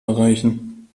erreichen